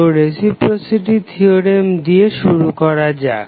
তো reciprocity theorem দিয়ে শুরু করা যাক